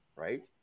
Right